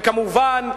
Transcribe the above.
וכמובן,